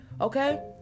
Okay